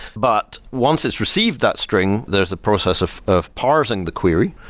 but once it's received that string, there's a process of of parsing the query.